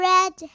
Red